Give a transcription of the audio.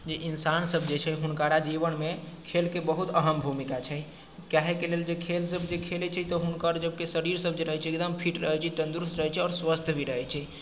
जे इन्सानसभ जे छै हुनकरा जीवनमे खेलके बहुत अहम भूमिका छै काहेके लेल जे खेलसभ जे खेलैत छै तऽ हुनकर सभके शरीरसभ जे रहैत छै एकदम फिट रहैत छै तन्दुरुस्त रहैत छै आओर स्वस्थ भी रहैत छै